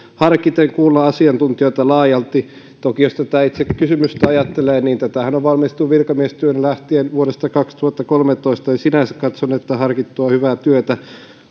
harkiten kuulla asiantuntijoita laajalti toki jos tätä itse kysymystä ajattelee niin tätähän on valmisteltu virkamiestyönä vuodesta kaksituhattakolmetoista lähtien ja sinänsä katson että harkittua hyvää työtä